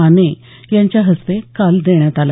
माने यांच्या हस्ते काल देण्यात आला